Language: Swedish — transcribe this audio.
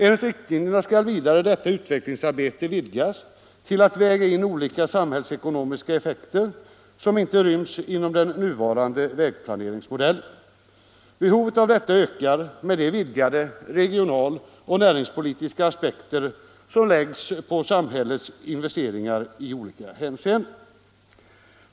Enligt riktlinjerna skall vidare detta utvecklingsarbete vidgas till att väga in olika samhällsekonomiska effekter som inte ryms inom den nuvarande vägplaneringsmodellen. Behovet av detta ökar med de vidgade regionaloch näringspolitiska aspekter som läggs på samhällets investeringar i olika hänseenden.